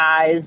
guys